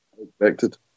expected